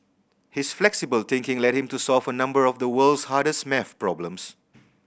his flexible thinking led him to solve a number of the world's hardest maths problems